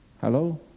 Hello